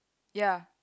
ya